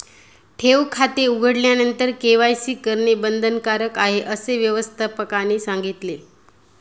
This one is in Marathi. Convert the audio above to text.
ठेव खाते उघडल्यानंतर के.वाय.सी करणे बंधनकारक आहे, असे व्यवस्थापकाने सांगितले